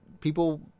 people